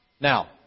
Now